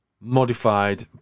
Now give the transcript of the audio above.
modified